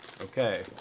Okay